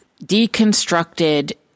deconstructed